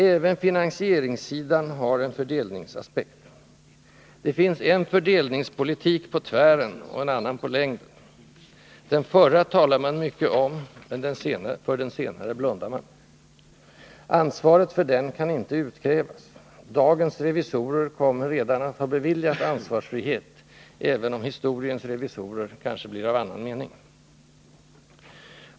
Även finansieringssidan har en fördelningsaspekt. Det finns en fördelningspolitik på tvären och en på längden. Den förra talar man mycket om, för den senare blundar man. Ansvaret för den kan inte utkrävas. Dagens revisorer kommer redan att ha beviljat ansvarsfrihet även om historiens revisorer kanske blir av annan mening.